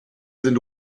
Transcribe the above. sind